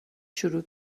شروع